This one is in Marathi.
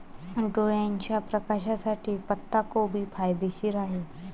डोळ्याच्या प्रकाशासाठी पत्ताकोबी फायदेशीर आहे